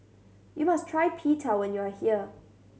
you must try Pita when you are here